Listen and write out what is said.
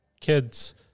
kids